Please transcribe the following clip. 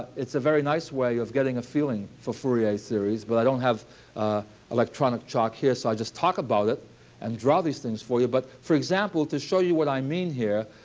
it's a very nice way of getting a feeling for fourier series. but i don't have electronic chalk here, so i just talk about it and draw these things for you. but for example, to show you what i mean here,